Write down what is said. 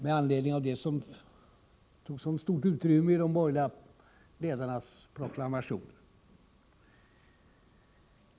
Med anledning av det som tog så stort utrymme i de borgerliga ledarnas proklamationer vill jag säga följande.